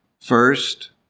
First